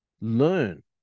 learn